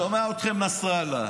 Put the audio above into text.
שומע אתכם נסראללה,